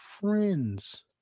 friends